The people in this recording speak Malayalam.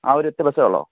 ആ ഒരു ഒറ്റ ബസ്സേ ഉള്ളോ